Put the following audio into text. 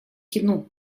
кино